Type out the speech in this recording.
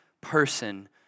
person